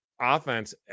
offense